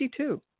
52